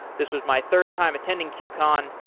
this was my third time attending qcon,